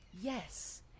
Yes